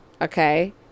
okay